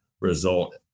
result